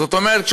זאת אומרת,